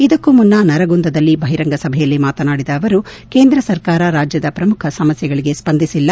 ಇದಕ್ಕೂ ಮುನ್ನ ನರಗುಂದದಲ್ಲಿ ಬಹಿರಂಗ ಸಭೆಯಲ್ಲಿ ಮಾತನಾಡಿದ ಅವರು ಕೇಂದ್ರ ಸರ್ಕಾರ ರಾಜ್ಯದ ಪ್ರಮುಖ ಸಮಸ್ನೆಗಳಗೆ ಸ್ವಂದಿಸಿಲ್ಲ